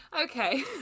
Okay